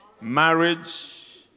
marriage